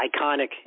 iconic